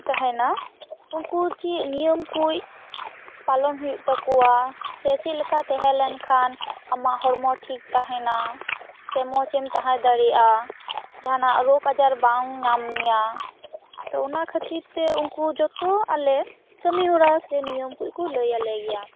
ᱛᱟᱦᱮᱱᱟ ᱩᱱᱠᱩ ᱪᱮᱫ ᱱᱤᱭᱚᱢ ᱠᱩᱡ ᱯᱟᱞᱚᱱ ᱦᱩᱭᱩᱜ ᱛᱟᱠᱚᱭᱟ ᱥᱮ ᱪᱮᱫ ᱞᱮᱠᱟ ᱛᱟᱦᱮᱸ ᱞᱮᱱ ᱠᱷᱟᱱ ᱟᱢᱟᱜ ᱦᱚᱲᱢᱚ ᱴᱷᱤᱠ ᱛᱟᱦᱮᱱᱟ ᱥᱮ ᱢᱚᱡᱮᱢ ᱛᱟᱦᱮᱸ ᱫᱟᱲᱮᱭᱟᱜᱼᱟ ᱡᱟᱦᱟᱱᱟᱜ ᱨᱳᱜ ᱟᱡᱟᱨ ᱵᱟᱝ ᱧᱟᱢ ᱢᱮᱭᱟ ᱛᱚ ᱚᱱᱟ ᱠᱷᱟᱹᱛᱤᱨ ᱛᱮ ᱩᱱᱠᱩ ᱡᱚᱛᱚ ᱟᱞᱮ ᱠᱟᱹᱢᱤ ᱦᱚᱨᱟ ᱥᱮ ᱱᱤᱭᱚᱢ ᱠᱩᱡ ᱠᱚ ᱞᱟᱹᱭ ᱟᱞᱮ ᱜᱮᱭᱟ